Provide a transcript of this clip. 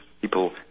People